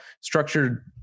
structured